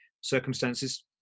circumstances